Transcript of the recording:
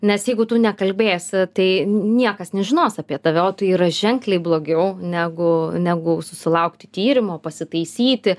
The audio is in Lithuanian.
nes jeigu tu nekalbėsi tai niekas nežinos apie tave o tai yra ženkliai blogiau negu negu susilaukti tyrimo pasitaisyti